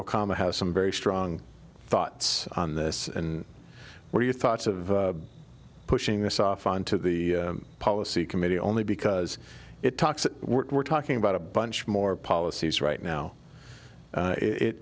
okama has some very strong thoughts on this and what are you thoughts of pushing this off onto the policy committee only because it talks that we're talking about a bunch more policies right now it